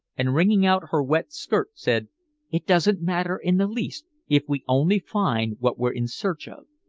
and wringing out her wet skirt, said it doesn't matter in the least, if we only find what we're in search of.